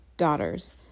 daughters